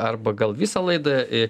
arba gal visą laidą